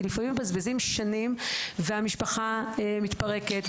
כי לפעמים מבזבזים שנים והמשפחה מתפרקת,